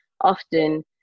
often